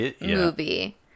movie